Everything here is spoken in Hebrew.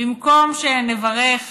במקום שנברך